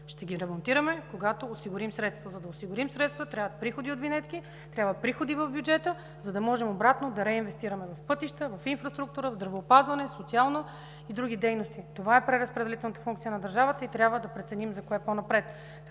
Ще ги ремонтираме, когато осигурим средства. За да осигурим средства, трябват приходи от винетки, трябват приходи в бюджета, за да можем обратно да реинвестираме в пътища, в инфраструктура, в здравеопазване, социални и други дейности. Това е преразпределителната функция на държавата и трябва да преценим за кое по-напред.